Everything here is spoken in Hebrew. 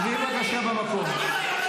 שבי בבקשה במקום.